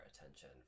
attention